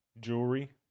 jewelry